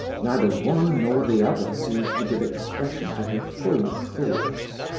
neither one nor the other seemed to give expression to her full thoughts.